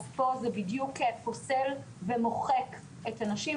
אז פה זה בדיוק פוסל ומוחק את הנשים.